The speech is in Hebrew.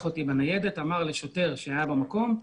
אותי בניידת אמר לשוטר שהיה במקום: